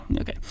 okay